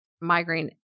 migraine